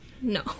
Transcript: No